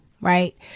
right